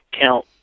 count